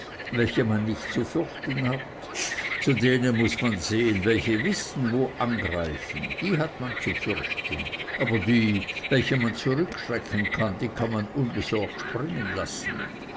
welche man nicht zu fürchten hat zu denen muß man sehen welche wissen wo angreifen die hat man zu fürchten aber die welche man zurückschrecken kann die kann man unbesorgt springen lassen